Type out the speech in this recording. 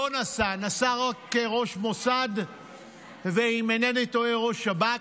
לא נסע, נסע רק ראש מוסד ואם אינני טועה ראש שב"כ,